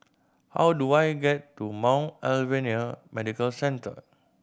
how do I get to Mount Alvernia Medical Centre